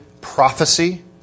prophecy